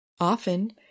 Often